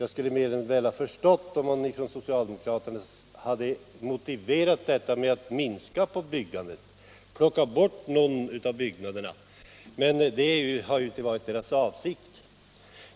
Jag skulle mer än väl ha förstått socialdemokraternas reservation på den punkten, om de motiverat den med en minskning av byggandet. Men någonting sådant har ju inte varit deras avsikt.